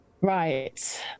Right